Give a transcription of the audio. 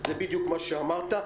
זה בדיוק מה שאמרת.